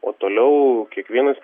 o toliau kiekvienas